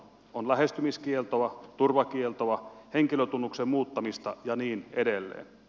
on lähestymiskieltoa turvakieltoa henkilötunnuksen muuttamista ja niin edelleen